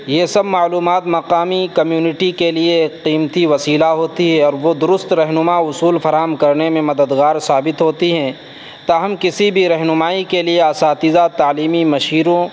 یہ سب معلومات مقامی کمیونٹی کے لیے قیمتی وسیلہ ہوتی ہے اور وہ درست رہنما اصول فراہم کرنے میں مددگار ثابت ہوتی ہیں تاہم کسی بھی رہنمائی کے لیے اساتذہ تعلیمی مشیروں